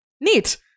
Neat